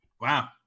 Wow